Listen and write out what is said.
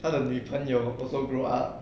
他的女朋友 also grow up